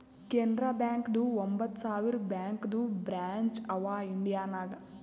ಕೆನರಾ ಬ್ಯಾಂಕ್ದು ಒಂಬತ್ ಸಾವಿರ ಬ್ಯಾಂಕದು ಬ್ರ್ಯಾಂಚ್ ಅವಾ ಇಂಡಿಯಾ ನಾಗ್